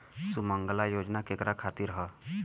सुमँगला योजना केकरा खातिर ह?